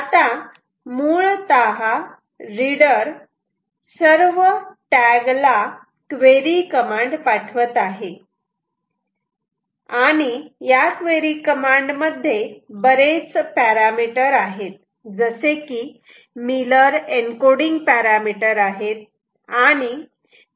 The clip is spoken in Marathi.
आता मुळतः रीडर सर्व ला क्वेरी कमांड पाठवत आहे आणि या क्वेरी कमांड मध्ये बरेच पॅरामिटर आहेत जसे की मिलर एन्कोडींग पॅरामिटर आहेत